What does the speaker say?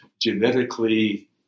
genetically